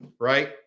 right